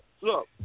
look